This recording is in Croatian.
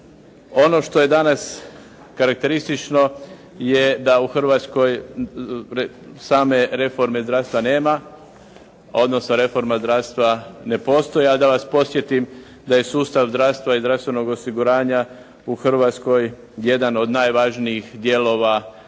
Ono što je danas karakteristično je da u Hrvatskoj same reforme zdravstva nema, odnosno reforma zdravstva ne postoji. A da vas podsjetim da je sustav zdravstva i zdravstvenog osiguranja u Hrvatskoj jedan od najvažnijih dijelova naše